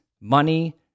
money